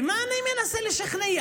במה אני מנסה לשכנע?